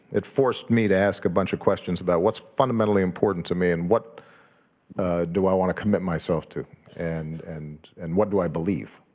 it forced me to ask a bunch of questions about what's fundamentally important to me and what do i want to commit myself to and and and what do i believe?